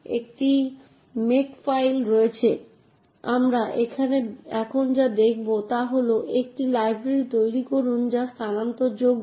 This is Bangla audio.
তাই জটিলতা একইভাবে বৃদ্ধি পায় এবং অ্যাক্সেস নিয়ন্ত্রণের দ্বারা সরবরাহ করা নির্ভরযোগ্যতা এবং গ্যারান্টিগুলি অর্জন করা আরও কঠিন